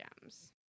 Gems